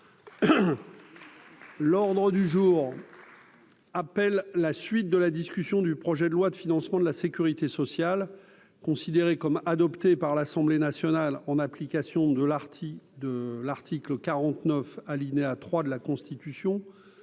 L'ordre du jour. Appelle la suite de la discussion du projet de loi de financement de la Sécurité sociale, considéré comme adopté par l'Assemblée nationale, en application de l'article de l'article 49 alinéa 3 de la Constitution